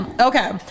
okay